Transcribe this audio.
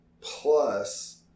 Plus